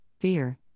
fear